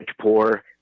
poor